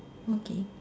okay